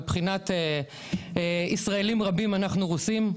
מבחינת ישראלים רבים אנחנו רוסים,